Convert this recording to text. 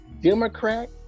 Democrat